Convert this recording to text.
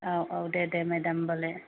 औ औ दे दे मेदाम होमबालाय